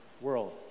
world